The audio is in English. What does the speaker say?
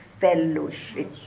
fellowship